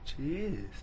Jeez